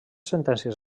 sentències